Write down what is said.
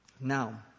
Now